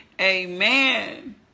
Amen